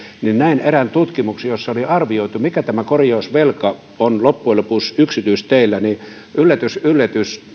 näin erään tutkimuksen jossa oli arvioitu mikä tämä korjausvelka on loppujen lopuksi yksityisteillä ja yllätys yllätys